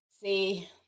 See